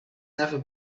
never